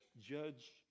Judge